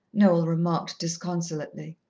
noel remarked disconsolately.